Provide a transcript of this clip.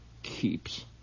Keeps